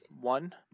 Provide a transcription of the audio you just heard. One